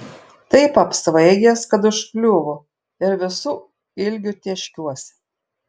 taip apsvaigęs kad užkliūvu ir visu ilgiu tėškiuosi